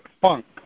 funk